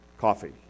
Coffee